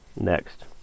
next